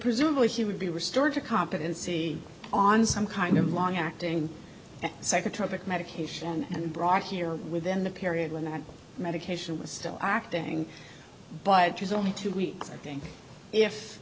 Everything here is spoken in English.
presumably he would be restored to competency on some kind of long acting secretary that medication and brought here within the period when that medication was still acting but it was only two weeks i think if